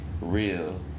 real